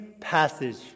passage